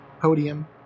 podium